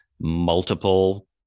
multiple